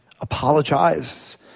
apologize